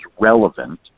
relevant